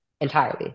entirely